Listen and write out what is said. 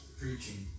preaching